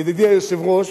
ידידי היושב-ראש,